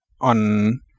On